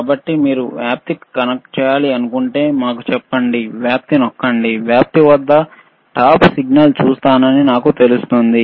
కాబట్టి మీరు వ్యాప్తికి కనెక్ట్ చేయాలనుకుంటే వ్యాప్తి నొక్కడం వలన వ్యాప్తి వద్ద టాప్ సిగ్నల్ చూస్తానని తెలుస్తుంది